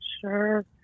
Sure